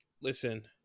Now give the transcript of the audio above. Listen